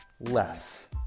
less